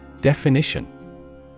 Definition